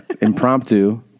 impromptu